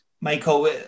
Michael